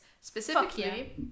specifically